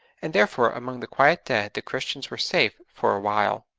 and therefore among the quiet dead the christians were safe for a while.